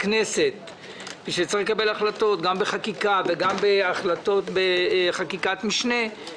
ושצריך לקבל החלטות גם בחקיקה וגם בחקיקת משנה,